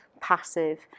passive